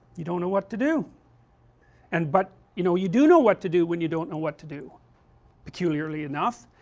you don't know what to do and, but, you know you do know what to do when you don't know what to do peculiarly enough,